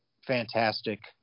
fantastic